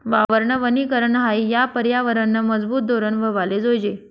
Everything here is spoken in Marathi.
वावरनं वनीकरन हायी या परयावरनंनं मजबूत धोरन व्हवाले जोयजे